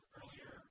earlier